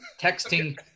texting